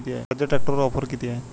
स्वराज्य ट्रॅक्टरवर ऑफर किती आहे?